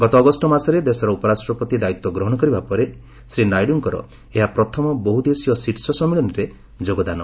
ଗତ ଅଗଷ୍ଟ ମାସରେ ଦେଶର ଉପରାଷ୍ଟ୍ରପତି ଦାୟିତ୍ୱ ଗ୍ରହଶ କରିବା ପରେ ଶ୍ରୀ ନାଇଡୁଙ୍କର ଏହା ପ୍ରଥମ ବହୁଦେଶୀୟ ଶୀର୍ଷ ସମ୍ମିଳନୀରେ ଯୋଗଦାନ